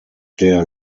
der